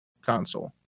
console